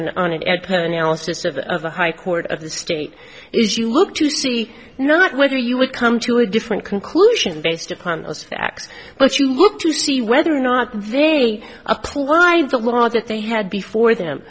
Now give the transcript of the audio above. analysis of the high court of the state is you look to see not whether you would come to a different conclusion based upon those facts but you look to see whether or not they apply the law that they had before them